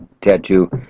tattoo